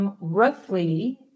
roughly